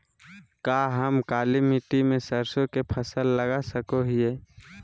का हम काली मिट्टी में सरसों के फसल लगा सको हीयय?